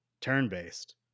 turn-based